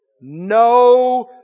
No